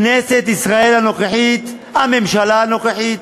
כנסת ישראל הנוכחית, הממשלה הנוכחית,